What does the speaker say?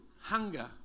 hunger